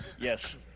Yes